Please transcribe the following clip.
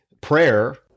prayer